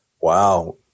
Wow